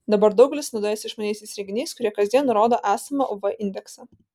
dabar daugelis naudojasi išmaniaisiais įrenginiais kurie kasdien nurodo esamą uv indeksą